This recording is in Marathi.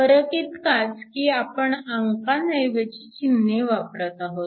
फरक इतकाच की आपण अंकांऐवजी चिन्हे वापरत आहोत